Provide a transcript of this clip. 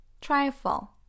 trifle